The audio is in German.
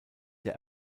der